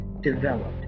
developed